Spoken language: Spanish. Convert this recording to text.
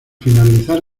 finalizar